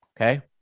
okay